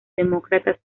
demócratas